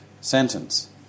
sentence